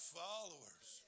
followers